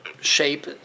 shape